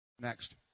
Next